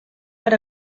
per